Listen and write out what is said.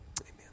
Amen